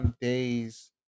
days